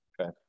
Okay